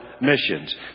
missions